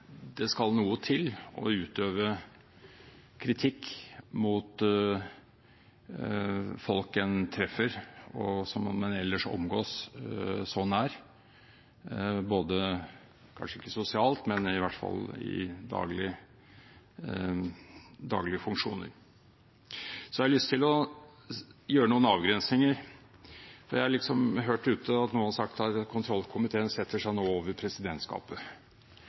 Det skal noe til å utøve kritikk mot folk en treffer, og som en ellers omgås så nært, kanskje ikke sosialt, men i hvert fall i daglige funksjoner. Jeg har lyst til å gjøre noen avgrensninger. Jeg har hørt noen si at kontrollkomiteen setter seg over presidentskapet.